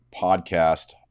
podcast